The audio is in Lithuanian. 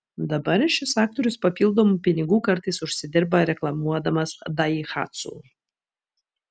dabar šis aktorius papildomų pinigų kartais užsidirba reklamuodamas daihatsu